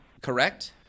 Correct